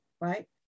right